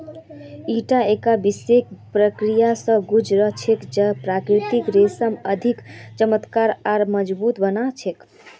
ईटा एकता विशेष प्रक्रिया स गुज र छेक जेको प्राकृतिक रेशाक अधिक चमकदार आर मजबूत बना छेक